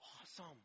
awesome